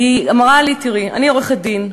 ואמרה לי: אני עורכת-דין,